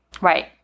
Right